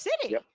City